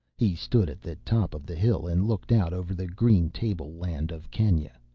he stood at the top of the hill and looked out over the green table land of kenya.